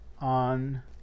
on